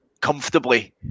comfortably